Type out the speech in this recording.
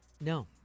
no